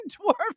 dwarfs